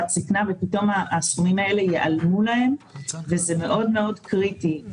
זקנה ופתאום הסכומים האלה ייעלמו להם וזה מאוד מאוד קריטי.